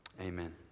Amen